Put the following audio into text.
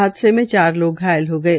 हादसे में चार लोग घायल हो गये